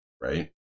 right